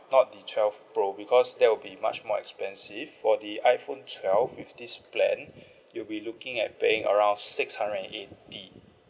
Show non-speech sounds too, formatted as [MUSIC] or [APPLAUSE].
not the twelve pro because that will be much more expensive for the iPhone twelve with this plan [BREATH] you'll be looking at paying around six hundred and eighty